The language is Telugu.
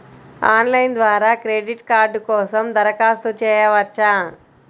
ఆన్లైన్ ద్వారా క్రెడిట్ కార్డ్ కోసం దరఖాస్తు చేయవచ్చా?